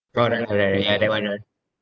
correct correct ya that [one] that [one]